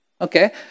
Okay